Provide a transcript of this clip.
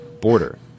border